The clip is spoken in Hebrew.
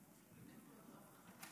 אדוני היושב-ראש,